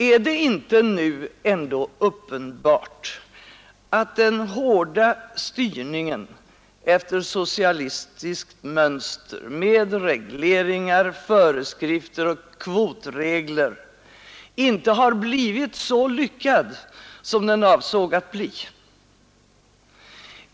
Är det inte nu uppenbart att den hårda styrningen efter socialistiskt mönster med regleringar, föreskrifter och kvotregler inte har blivit så lyckad som den avsåg att bli?